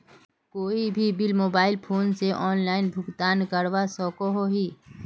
कोई भी bill mobile phone से ऑनलाइन भुगतान करवा सकोहो ही?